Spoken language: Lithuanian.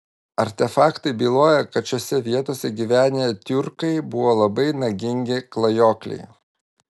artefaktai byloja kad šiose vietose gyvenę tiurkai buvo labai nagingi klajokliai